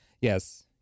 Yes